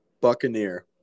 Buccaneer